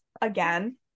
again